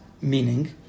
Meaning